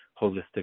holistic